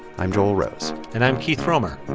i'm joel rose and i'm keith romer.